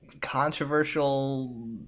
controversial